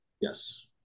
Yes